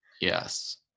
yes